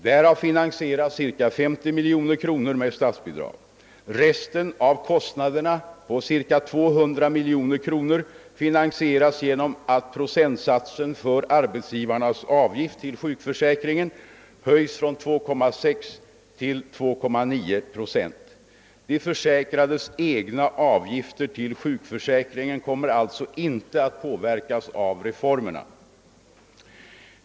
Därav finansieras cirka 50 miljoner kronor med statsbidrag. Resten av kostnaderna, cirka 200 miljoner kronor, finansieras genom att procentsatsen för arbetsgivarnas avgift till sjukförsäkringen höjs från 2,6 till 2,9 procent. De försäkrades egna avgifter till sjukförsäkringen kommer alltså inte att påverkas av reformerna.